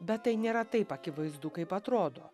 bet tai nėra taip akivaizdu kaip atrodo